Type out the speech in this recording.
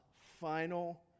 final